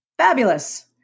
Fabulous